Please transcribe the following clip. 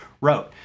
wrote